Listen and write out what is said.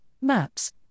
maps